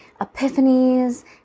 epiphanies